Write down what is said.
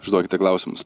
užduokite klausimus